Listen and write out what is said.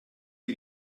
die